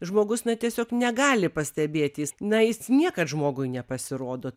žmogus na tiesiog negali pastebėt jis na jis niekad žmogui nepasirodo